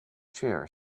chair